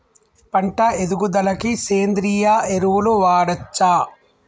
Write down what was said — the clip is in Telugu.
పంట ఎదుగుదలకి సేంద్రీయ ఎరువులు వాడచ్చా?